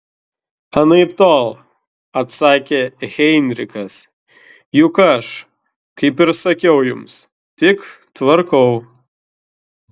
anaiptol atsakė heinrichas juk aš kaip ir sakiau jums tik tvarkau